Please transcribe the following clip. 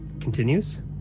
continues